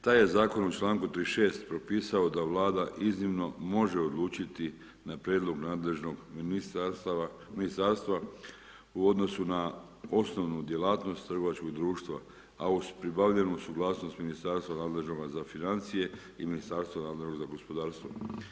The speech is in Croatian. Taj je zakon članku 36. propisao da Vlada iznimno može odlučiti na prijedlog nadležnog ministarstva u odnosu na osnovnu djelatnost trgovačkog društva, a uz pribavljanju suglasnost Ministarstva nadležnoga za financije i Ministarstvo nadležno za gospodarstvo.